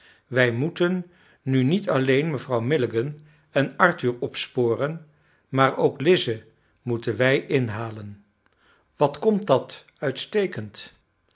wij moeten nu niet alleen mevrouw milligan en arthur opsporen maar ook lize moeten wij inhalen wat komt dat uitstekend